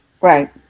Right